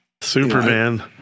Superman